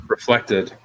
Reflected